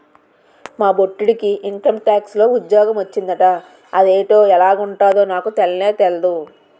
మా బొట్టిడికి ఇంకంటాక్స్ లో ఉజ్జోగ మొచ్చిందట అదేటో ఎలగుంటదో నాకు తెల్నే తెల్దు